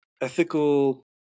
ethical